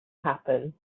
happen